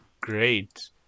great